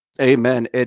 Amen